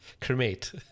Cremate